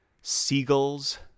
seagulls